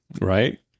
right